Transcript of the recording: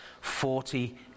forty